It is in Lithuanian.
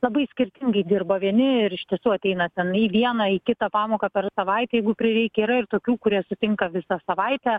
labai skirtingai dirba vieni ir iš tiesų ateina ten į vieną į kitą pamoką per savaitę jeigu prireikia yra ir tokių kurie sutinka visą savaitę